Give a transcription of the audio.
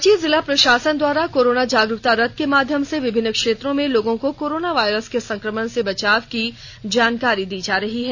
रांची जिला प्रशासन द्वारा कोरोना जागरूकता रथ के माध्यम से विभिन्न क्षेत्रों में लोगों को कोरोना वायरस के संक्रमण से बचाव की जानकारी दी जा रही है